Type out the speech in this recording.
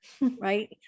right